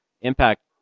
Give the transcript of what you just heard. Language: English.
Impact